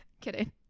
kidding